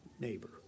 neighbor